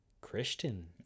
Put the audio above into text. christian